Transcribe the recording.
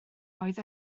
oedd